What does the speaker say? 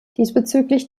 diesbezüglich